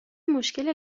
مشکل